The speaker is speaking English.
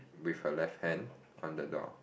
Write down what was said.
with her left hand on the door